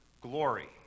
glory